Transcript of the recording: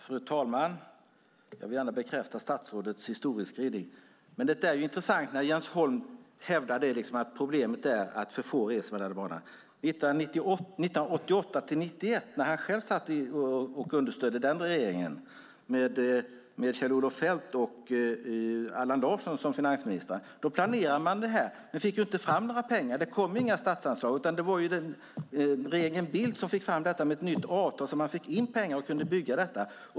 Fru talman! Jag vill gärna bekräfta statsrådets historieskrivning. Men det är intressant när Jens Holm hävdar att problemet är att för få reser med Arlanda Express. 1988-1991 när han själv var med och understödde den sittande regeringen med Kjell-Olof Feldt och Allan Larsson som finansministrar planerade man detta men fick inte fram några pengar. Det kom inga statsanslag. Det var regeringen Bildt som med ett nytt avtal fick in pengar och kunde bygga detta.